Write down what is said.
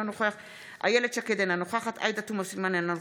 אינו נוכח אמיר אוחנה,